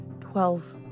twelve